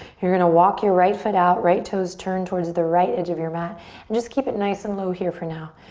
you're gonna walk your right foot out, right toes turned towards the right edge of your mat, and just keep it nice and low here for now,